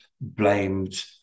blamed